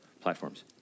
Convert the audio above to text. platforms